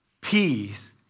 Peace